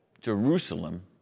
Jerusalem